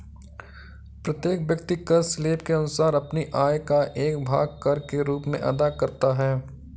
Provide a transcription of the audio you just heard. प्रत्येक व्यक्ति कर स्लैब के अनुसार अपनी आय का एक भाग कर के रूप में अदा करता है